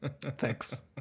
thanks